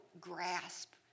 grasp